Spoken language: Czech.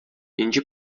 jenže